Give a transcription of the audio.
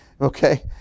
Okay